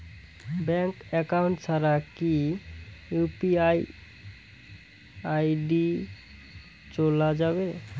Bank account ছাড়া কি UPI ID চোলা যাবে?